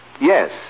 Yes